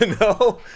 No